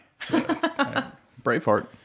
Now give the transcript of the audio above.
Braveheart